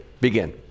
Begin